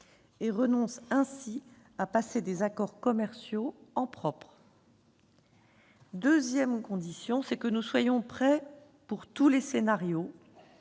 et renonce à passer des accords commerciaux en propre. La seconde condition, c'est que nous soyons prêts pour tous les scénarios